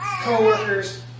co-workers